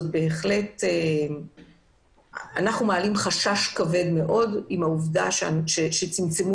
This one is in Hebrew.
אנחנו מעלים חשש לגבי העובדה שצמצמו